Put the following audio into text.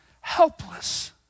helpless